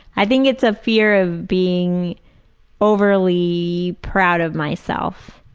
i think it's a fear of being overly proud of myself.